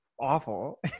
awful